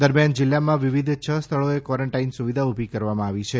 દરમ્યાન જિલ્લામાં વિવિધ છ સ્થળોએ ક્વોરોન્ટાઇન સુવિધા ઉભી કરવામાં આવેલ છે